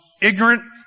ignorant